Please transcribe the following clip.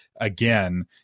again